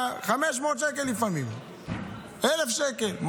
לפעמים 500 שקל,